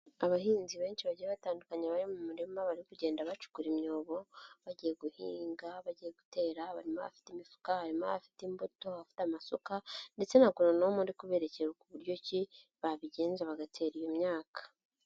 Abahinzi benshi bagiye batandukanye bari mu murima, bari kugenda bacukura imyobo, bagiye guhinga ,bagiye gutera, barimo abafite imifuka, harimo abafite imbuto, abafite amasuka ndetse na agoronome uri kuberekera ku buryo ki, babigenza bagatera iyo myaka.